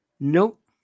Nope